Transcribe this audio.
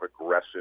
aggressive